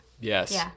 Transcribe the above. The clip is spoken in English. Yes